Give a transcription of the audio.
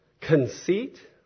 conceit